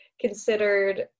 considered